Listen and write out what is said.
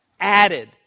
Added